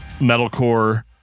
metalcore